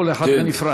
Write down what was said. כל אחד בנפרד.